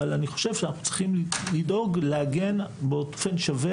אבל אני חושב שאנחנו צריכים לדאוג להגן באופן שווה